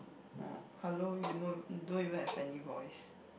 oh hello you know don't even have any voice